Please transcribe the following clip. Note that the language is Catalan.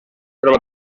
troba